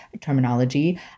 terminology